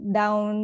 down